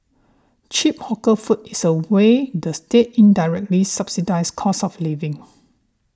cheap hawker food is a way the state indirectly subsidises cost of living